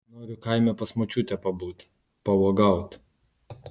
noriu kaime pas močiutę pabūt pauogaut